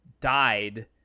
died